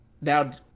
Now